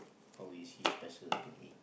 how is he special to me